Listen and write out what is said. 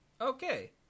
Okay